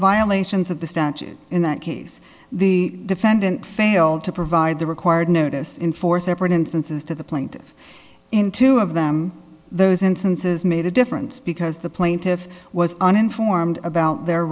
violations of the statute in that case the defendant failed to provide the required notice in four separate instances to the plaintiff in two of them those instances made a difference because the plaintiff was uninformed about their